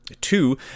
Two